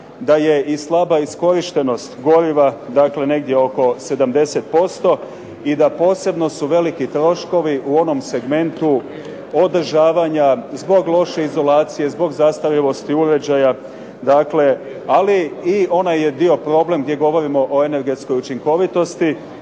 da je i slaba iskorištenost goriva, negdje oko 70% i su posebno veliki troškovi u onom segmentu održavanja zbog loše izolacije, zbog zastarjelosti uređaja. Dakle, i onaj je dio problem gdje govorimo o energetskoj učinkovitosti,